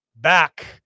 back